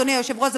אדוני היושב-ראש,